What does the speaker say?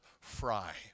fry